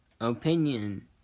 Opinion